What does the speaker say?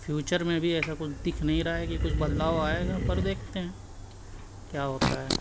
future میں بھی ایسا کچھ دکھ نہیں رہا ہے کہ کچھ بدلاؤ آئے گا پر دیکھتے ہیں کیا ہوتا ہے